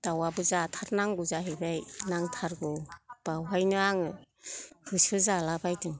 दावाबो जाथारनांगौ जाहैबाय नांथारगौ बावहायनो आङो होसोजालाबायदों